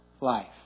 life